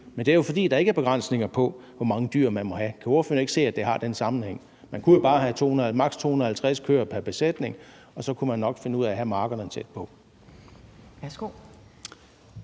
Men det er jo, fordi der ikke er begrænsninger på, hvor mange dyr man må have. Kan ordføreren ikke se, at der er den sammenhæng? Man kunne jo bare have maks. 250 køer pr. besætning; så kunne man nok finde ud af at have markerne tæt på.